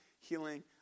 Healing